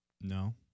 No